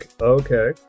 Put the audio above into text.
Okay